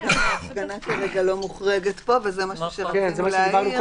הפגנה כרגע לא מוחרגת פה וזה משהו שרצינו להעיר,